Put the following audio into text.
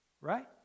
Right